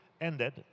ended